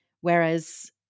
Whereas